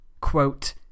quote